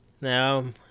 No